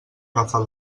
agafat